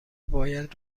باید